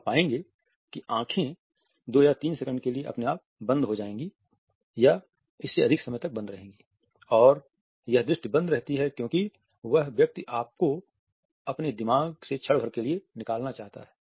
तो आप पाएंगे कि आंखें दो या तीन सेकंड के लिए अपने आप बंद हो जाएंगी या इससे अधिक समय तक बंद रहेंगी और यह दृष्टि बंद रहती है क्योंकि वह व्यक्ति आपको अपने दिमाग से क्षण भर के लिये निकालना चाहता है